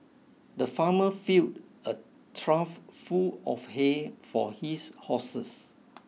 the farmer filled a trough full of hay for his horses